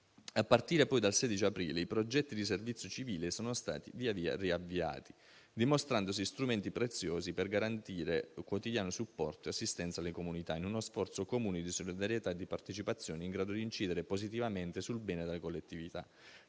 A partire poi dal 16 aprile, i progetti di servizio civile sono stati via via riavviati, dimostrandosi strumenti preziosi per garantire quotidiano supporto e assistenza alle comunità, in uno sforzo comune di solidarietà e di partecipazione in grado di incidere positivamente sul bene della collettività.